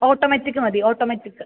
automatic മതി automatic